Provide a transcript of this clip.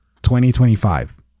2025